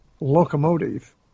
locomotive